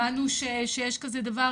למדנו שיש כזה דבר,